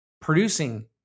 producing